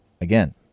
Again